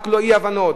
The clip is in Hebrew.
לא רק אי-הבנות,